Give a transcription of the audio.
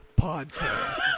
podcast